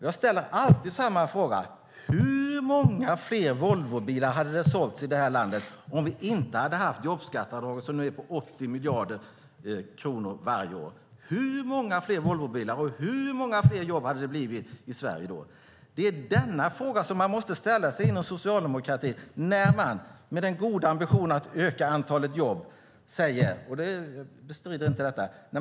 Jag ställer alltid samma fråga: Hur många fler Volvobilar hade det sålts i detta land om vi inte hade haft jobbskatteavdraget, som nu är på 80 miljarder kronor varje år? Hur många fler jobb hade det blivit i Sverige då? Det är denna fråga som man måste ställa sig inom socialdemokratin när man säger att man har den goda ambitionen att öka antalet jobb. Jag bestrider inte detta.